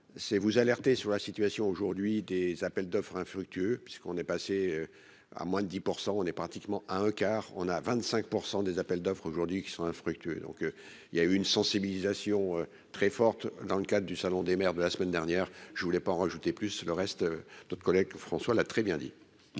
c'est vous alerter sur la situation aujourd'hui des appels d'offres infructueux, puisqu'on est passé à moins de 10 % on est pratiquement à un quart, on a 25 % des appels d'offres aujourd'hui qui sont infructueux, donc il y a eu une sensibilisation très forte dans le cadre du Salon des maires de la semaine dernière, je voulais pas en rajouter, plus le reste d'autres collègues, François l'a très bien dit.